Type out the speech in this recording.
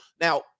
now